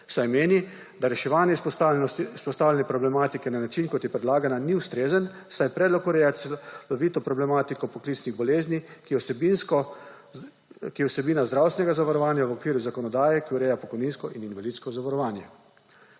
saj meni, da reševanje izpostavljene problematike na način, kot je predlagan, ni ustrezno, saj predlog ureja celovito problematiko poklicnih bolezni, ki je vsebina zdravstvenega zavarovanja v okviru zakonodaje, ki ureja pokojninsko in invalidsko zavarovanje.